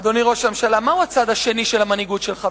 אדוני ראש הממשלה, מהו הצד השני של המנהיגות שלך?